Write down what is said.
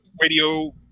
radio